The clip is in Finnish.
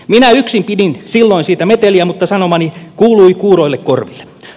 minä yksin pidin silloin siitä meteliä mutta sanomani kuului kuuroille korville